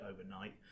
overnight